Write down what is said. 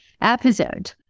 episode